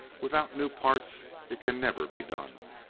without new parts it can never be done.